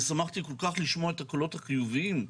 ושמחתי כל כך לשמוע את הקולות החיוביים,